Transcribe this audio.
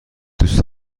دوست